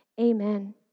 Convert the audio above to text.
amen